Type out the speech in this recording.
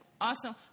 awesome